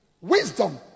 wisdom